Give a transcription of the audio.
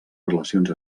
relacions